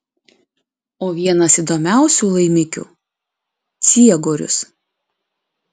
o vienas įdomiausių laimikių ciegorius